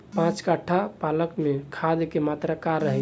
पाँच कट्ठा पालक में खाद के मात्रा का रही?